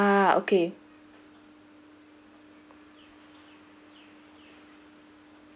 ah okay